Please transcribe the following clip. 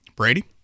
Brady